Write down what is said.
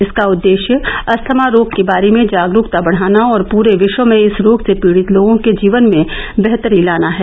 इसका उद्देश्य अस्थमा रोग के बारे में जागरूकता बढ़ाना और पूरे विश्व में इस रोग से पीड़ित लोगों के जीवन में बेहतरी लाना है